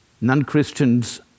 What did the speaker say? non-Christians